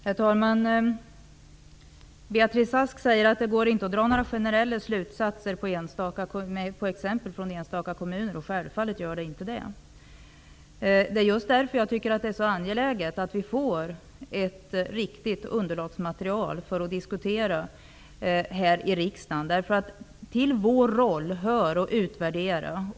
Herr talman! Beatrice Ask säger att det inte går att dra några generella slutsatser på grundval av exempel från enstaka kommuner. Självfallet gör det inte det. Det är just därför som jag tycker att det är så angeläget att vi får ett riktigt underlagsmaterial för att diskutera här i riksdagen. Till vår roll hör att utvärdera.